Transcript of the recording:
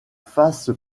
face